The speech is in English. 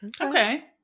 Okay